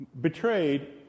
betrayed